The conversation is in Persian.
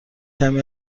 کمی